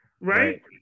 Right